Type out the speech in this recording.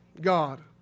God